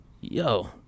yo